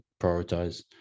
prioritize